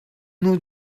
hnu